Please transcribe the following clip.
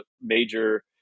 major